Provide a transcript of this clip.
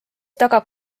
tagab